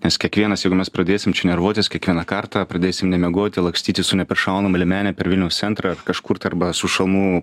nes kiekvienas jeigu mes pradėsim čia nervuotis kiekvieną kartą pradėsim nemiegoti lakstyti su neperšaunama liemene per vilniaus centrą kažkur tai arba su šalmu